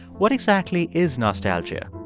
what exactly is nostalgia?